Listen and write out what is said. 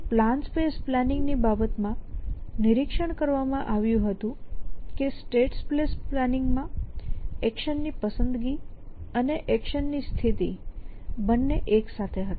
અહીં plan space planning ની બાબતમાં નિરીક્ષણ કરવામાં આવ્યું હતું કે સ્ટેટ સ્પેસ પ્લાનિંગ માં એક્શનની પસંદગી અને એક્શનની સ્થિતિ બંને એક સાથે હતા